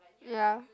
ya